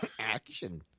Action